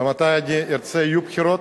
ומתי שאני ארצה יהיו בחירות,